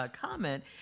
comment